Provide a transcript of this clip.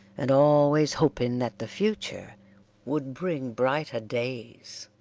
and always hoping that the future would bring brighter days.